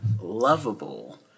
lovable